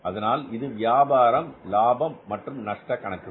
அதனால் இது வியாபார லாபம் மற்றும் நஷ்ட கணக்குகள்